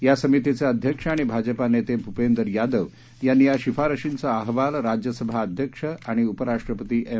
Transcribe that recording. या समितीचे अध्यक्ष आणि भाजप नेते भूपेंदर यादव यांनी या शिफारसींचा अहवाल राज्य सभा अध्यक्ष आणि उपराष्ट्रपती एम